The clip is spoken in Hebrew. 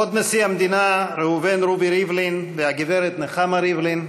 כבוד נשיא המדינה ראובן רובי ריבלין והגברת נחמה ריבלין,